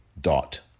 dot